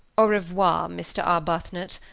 au revoir, mr. arbuthnot.